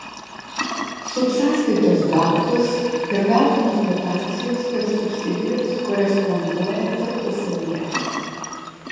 subsąskaitos gautos ir gautinos dotacijos ir subsidijos koresponduoja tarpusavyje